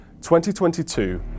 2022